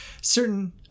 certain